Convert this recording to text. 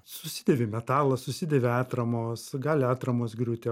susidėvi metalas susidėvi atramos gali atramos griūti